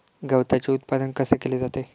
गवताचे उत्पादन कसे केले जाते?